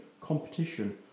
competition